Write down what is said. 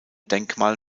denkmal